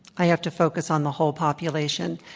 i have to focus on the whole population.